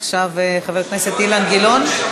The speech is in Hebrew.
עכשיו חבר הכנסת אילן גילאון?